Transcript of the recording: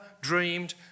dreamed